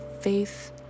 faith